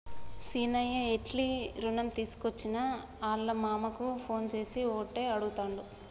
సీనయ్య ఎట్లి రుణం తీసుకోవచ్చని ఆళ్ళ మామకు ఫోన్ చేసి ఓటే అడుగుతాండు